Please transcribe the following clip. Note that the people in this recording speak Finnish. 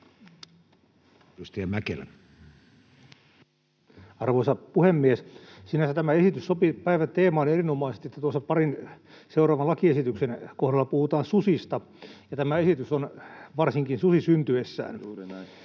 Arvoisa puhemies! Sinänsä tämä esitys sopii päivän teemaan erinomaisesti: tuossa parin seuraavan lakiesityksen kohdalla puhutaan susista, ja tämä esitys on varsinkin susi syntyessään.